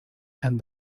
and